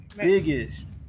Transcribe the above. biggest